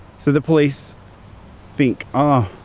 so the police think, oh.